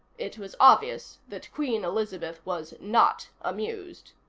it was obvious that queen elizabeth was not amused.